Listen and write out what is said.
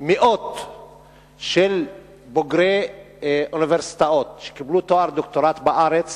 מאות בוגרי אוניברסיטאות שקיבלו תואר דוקטור בארץ